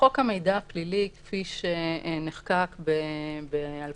חוק המידע הפלילי, כפי שנחקק ב-2019,